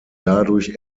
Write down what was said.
dadurch